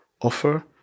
offer